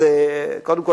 קודם כול,